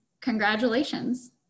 congratulations